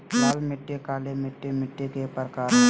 लाल मिट्टी, काली मिट्टी मिट्टी के प्रकार हय